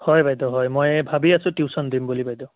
হয় বাইদেউ হয় মই ভাবি আছোঁ টিউশ্যন দিম বুলি বাইদেউ